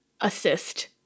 assist